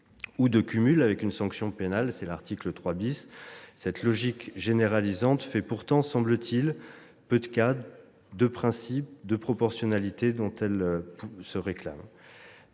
ou de cumul avec une sanction pénale à l'article 3. Cette logique généralisante fait pourtant peu de cas, semble-t-il, du principe de proportionnalité dont elle se réclame